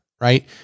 right